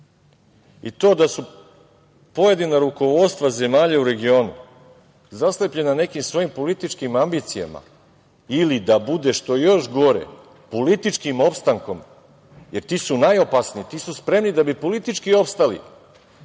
i to da su pojedina rukovodstva zemalja u regionu zaslepljena nekim svojim političkim ambicijama ili da bude, što je još gore, političkim opstankom, jer ti su najopasniji, ti su spremni da bi politički opstali